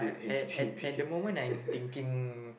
at at at the moment I'm thinking